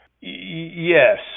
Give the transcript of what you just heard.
Yes